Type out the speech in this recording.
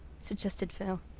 suggested phil.